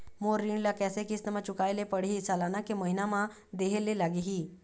मोर ऋण ला कैसे किस्त म चुकाए ले पढ़िही, सालाना की महीना मा देहे ले लागही?